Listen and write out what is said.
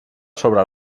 sobre